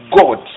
God